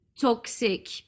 toxic